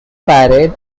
parade